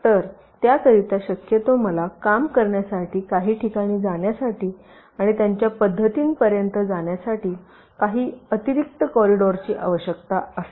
तर त्याकरिता शक्यतो मला काम करण्यासाठी काही ठिकाणी जाण्यासाठी आणि त्यांच्या पध्दतीपर्यंत जाण्यासाठी काही अतिरिक्त कॉरिडोरची आवश्यकता असेल